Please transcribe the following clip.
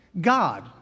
God